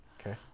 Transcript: Okay